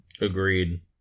Agreed